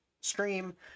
stream